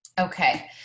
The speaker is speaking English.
Okay